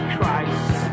Christ